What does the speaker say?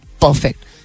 perfect